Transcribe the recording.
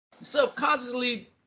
subconsciously